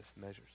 measures